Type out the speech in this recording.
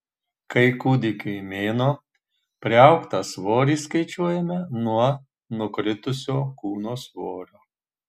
kai kūdikiui mėnuo priaugtą svorį skaičiuojame nuo nukritusio kūno svorio